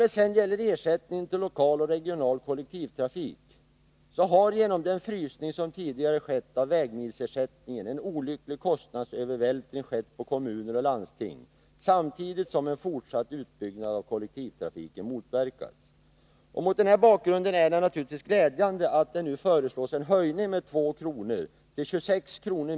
När det gäller ersättningen till lokal och regional kollektiv persontrafik har genom den frysning som tidigare skett av vägmilsersättningen en olycklig kostnadsövervältring skett på kommuner och landsting, samtidigt som en fortsatt utbyggnad av kollektivtrafiken motverkats. Mot den bakgrunden är det naturligtvis glädjande att det nu föreslås en höjning med 2 kr. till 26 kr.